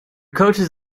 coaches